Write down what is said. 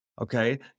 Okay